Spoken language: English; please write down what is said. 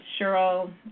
Cheryl